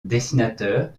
dessinateur